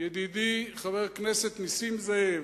ידידי חבר הכנסת נסים זאב: